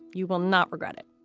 you will not regret it.